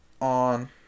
on